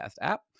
app